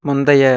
முந்தைய